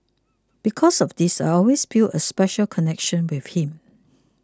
because of this I always feel a special connection with him